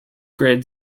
grid